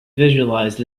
visualized